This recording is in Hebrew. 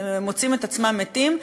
מוצאים את עצמם מתים,